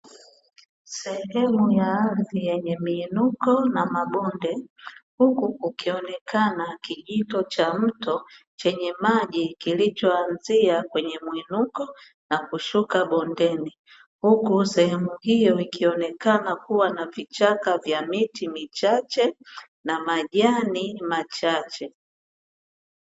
Sehemu ya ardhi yenye miinuko na mabonde, huku kukionekana kijito cha mto, chenye maji kilichoanzia kwenye mwinuko na kushuka bondeni, huku sehemu hiyo ikionekana kuwa na vichaka vya miti michache na majani machache.